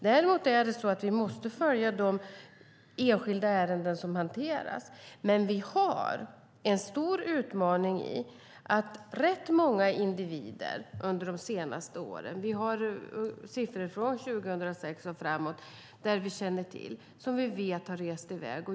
Däremot måste vi följa de enskilda ärenden som hanteras. Vi har dock en stor utmaning i att rätt många individer under de senaste åren - vi har siffror från 2006 och framåt - har rest i väg.